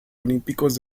olímpicos